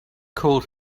called